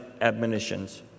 admonitions